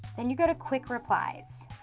then you go to quick replies,